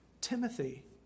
Timothy